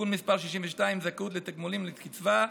(תיקון מס' 62) (זכאות לתגמולים ולקצבה),